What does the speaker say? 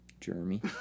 Jeremy